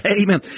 amen